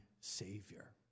Savior